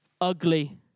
ugly